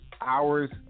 hours